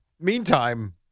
Meantime